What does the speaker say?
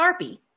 Sharpie